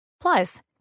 Plus